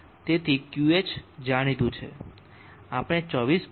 તેથી Qh જાણીતું છે આપણે 24